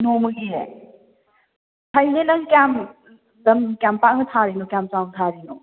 ꯅꯣꯡꯃꯒꯤ ꯐꯩꯅꯦ ꯅꯪ ꯀꯌꯥꯝ ꯂꯝ ꯀꯌꯥꯝ ꯄꯥꯛꯅ ꯊꯥꯔꯤꯅꯣ ꯀꯌꯥꯝ ꯆꯥꯎꯅ ꯊꯥꯔꯤꯅꯣ